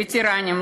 וטרנים,